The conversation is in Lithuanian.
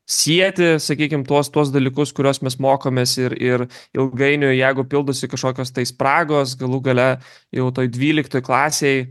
sieti sakykim tuos tuos dalykus kuriuos mes mokomės ir ir ilgainiui jeigu pildosi kažkokios tai spragos galų gale jau toj dvyliktoj klasėj